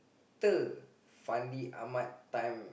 ~ter Fandi-Ahmad time